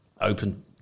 open